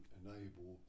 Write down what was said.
enable